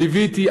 ליוויתי,